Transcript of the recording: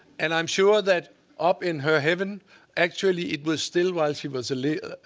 and i'm sure that up in her heaven actually, it was still was he was like